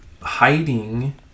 hiding